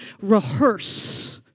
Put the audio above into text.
rehearse